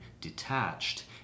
detached